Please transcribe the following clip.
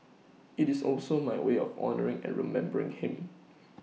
IT is also my way of honouring and remembering him